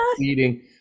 eating